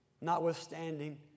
notwithstanding